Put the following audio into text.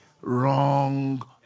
wrong